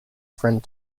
friend